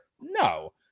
No